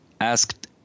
asked